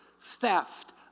theft